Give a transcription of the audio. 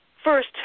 First